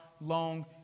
long